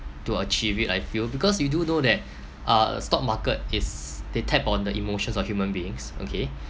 to achieve it I feel because you do know that uh stock market is they tap on the emotions of human beings okay